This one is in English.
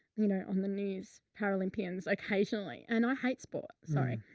you know, on the news paralympians occasionally, and i hate sports. sorry.